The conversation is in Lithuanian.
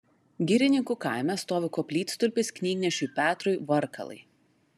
girininkų kaime stovi koplytstulpis knygnešiui petrui varkalai